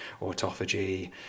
autophagy